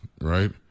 right